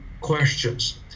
questions